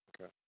okay